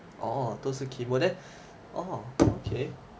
orh 都是 chemo then orh okay